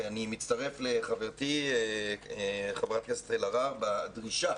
אני מצטרף לחברתי, חברת הכנסת אלהרר בדרישה